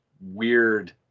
weird